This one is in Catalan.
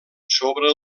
sobre